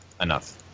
enough